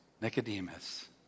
Nicodemus